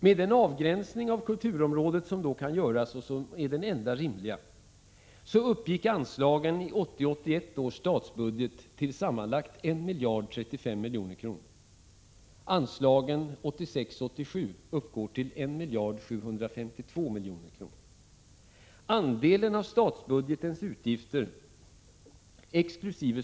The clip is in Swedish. Med den avgränsning av kulturområdet som då kan göras — och som är den enda rimliga — uppgick anslagen i 1980 87 uppgår till 1 752 milj.kr. Andelen av statsbudgetens utgifter, exkl.